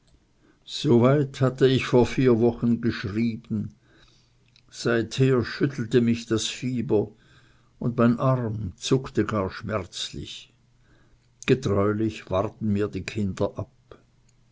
weit hatte ich vor vier wochen geschrieben seither schüttelte mich das fieber und mein arm zuckte gar schmerzlich getreulich warten mir die kinder ab